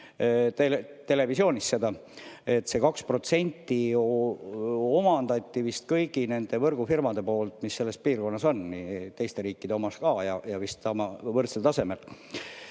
televisioonis seda, et see 2% omandati vist kõigi nende võrgufirmade poolt, mis selles piirkonnas on, teiste riikide omas ka ja vist võrdsel tasemel.